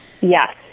Yes